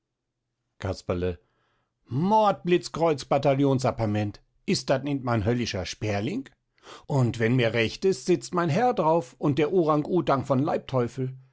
casperle mordblitzkreuzbataillonsapperment ist das nit mein höllischer sperling und wenn mir recht ist sitzt mein herr drauf und der urangutang von